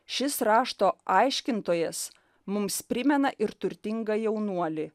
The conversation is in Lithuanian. šis rašto aiškintojas mums primena ir turtingą jaunuolį